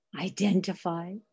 Identify